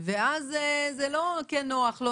ואז זה לא כן נוח,